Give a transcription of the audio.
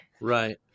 Right